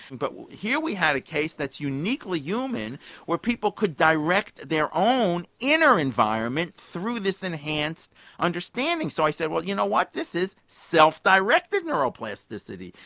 but here we had a case that's uniquely human where people could direct their own inner environment through this enhanced understanding. so i said well you know what, this is self-directed neuroplasticity.